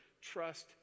trust